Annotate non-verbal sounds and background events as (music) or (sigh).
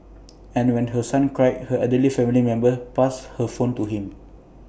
(noise) and when her son cried her elderly family member passed her phone to him